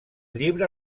llibre